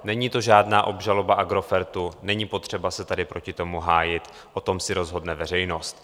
Není to žádná obžaloba Agrofertu, není potřeba se tady proti tomu hájit, o tom si rozhodne veřejnost.